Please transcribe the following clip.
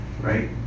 right